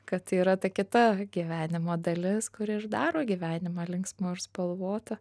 kad tai yra ta kita gyvenimo dalis kuri ir daro gyvenimą linksmu ir spalvotu